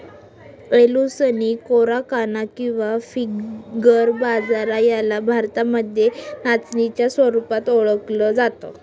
Eleusine coracana किंवा finger बाजरा याला भारतामध्ये नाचणीच्या स्वरूपात ओळखल जात